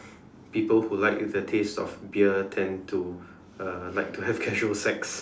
people who like the taste of beer tend to uh like to have causal sex